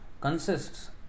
consists